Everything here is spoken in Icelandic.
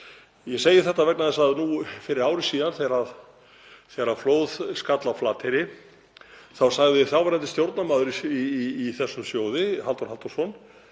Ég segi þetta vegna þess að fyrir ári síðan, þegar flóð skall á Flateyri, sagði þáverandi stjórnarmaður í þessum sjóði, Halldór Halldórsson,